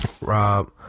Rob